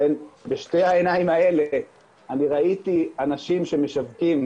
בשתי העיניים האלה, אני ראיתי אנשים שמשווקים